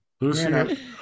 Lucy